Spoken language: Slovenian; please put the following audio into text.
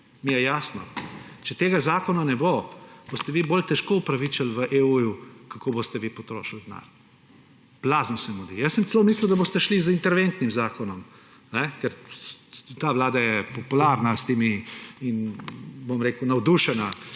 mi je jasno. Če tega zakona ne bo, boste vi bolj težko upravičili v EU, kako boste vi potrošili denar. Blazno se mudi. Jaz sem celo mislil, da boste šli z interventnim zakonom, ker ta vlada je popularna s temi in navdušena,